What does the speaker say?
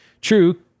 True